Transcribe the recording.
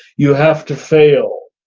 you have to fail.